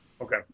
Okay